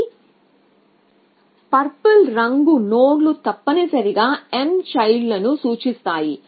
ఈ పర్పుల్ ఉదా రంగు నోడ్లు తప్పనిసరిగా m చైల్డ్ లను సూచిస్తాయి